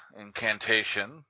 incantation